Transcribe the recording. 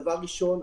דבר ראשון,